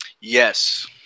Yes